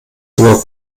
sogar